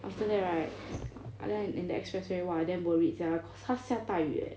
after that right then I in the expressway !wah! I damn worried sia cause 它下大雨 eh